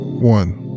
one